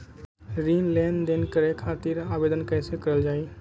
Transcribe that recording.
ऋण लेनदेन करे खातीर आवेदन कइसे करल जाई?